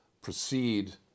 proceed